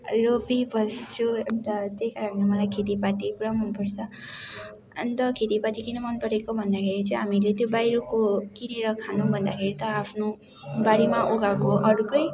रोपिबस्छु अन्त त्यही कारणले मलाई खेतीपाती पुरा मनपर्छ अन्त खेतीपाती किन मन परेको भन्दाखेरि चाहिँ हामीले त्यो बाहिरको किनेर खानु भन्दाखेरि त आफ्नो बारीमा उगाको अर्कै